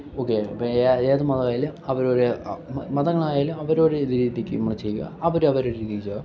okay ഏതു മതായാലും അവരവരെ മതങ്ങളായാൽ അവരവരെ രീതിക്ക് നമ്മൾ ചെയ്യുക അവരവരെ രീതിയിൽ ചെയ്യുക